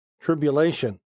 Tribulation